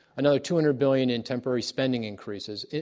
another two hundred billion in temporary spending increases.